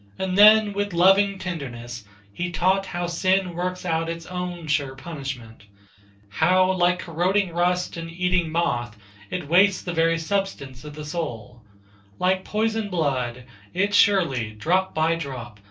and then with loving tenderness he taught how sin works out its own sure punishment how like corroding rust and eating moth it wastes the very substance of the soul like poisoned blood it surely, drop by drop,